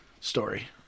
Story